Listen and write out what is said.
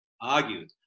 argued